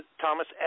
Thomas